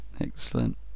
Excellent